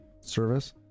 service